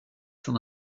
sein